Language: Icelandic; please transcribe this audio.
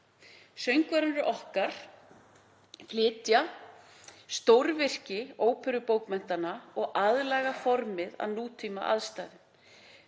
Söngvarar okkar flytja stórvirki óperubókmenntanna og aðlaga formið að nútímaaðstæðum.